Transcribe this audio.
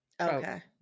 okay